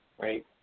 right